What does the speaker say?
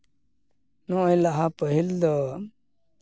ᱱᱚᱣᱟ ᱞᱟᱦᱟ ᱯᱟᱹᱦᱤᱞ ᱫᱚ